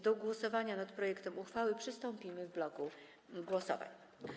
Do głosowania nad projektem uchwały przystąpimy w bloku głosowań.